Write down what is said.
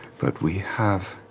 but we have,